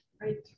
Great